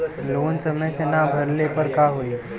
Loan समय से ना भरले पर का होयी?